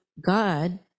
God